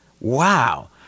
Wow